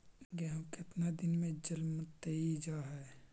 गेहूं केतना दिन में जलमतइ जा है?